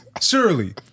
surely